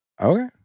okay